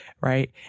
right